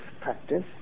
practice